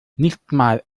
nichtmal